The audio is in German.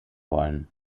wollen